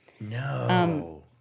No